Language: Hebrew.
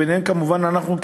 וכמובן גם אנחנו,